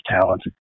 talent